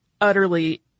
utterly